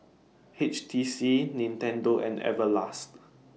H T C Nintendo and Everlast